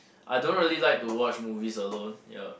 I don't really like to watch movies alone yup